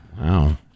Wow